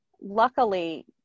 luckily